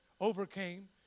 overcame